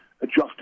adjusted